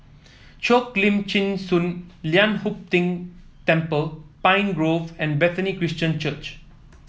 Cheo Lim Chin Sun Lian Hup Keng Temple Pine Grove and Bethany Christian Church